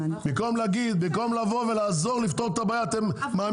במקום לבוא ולעזור לפתור את הבעיה, אתם מעמיסים.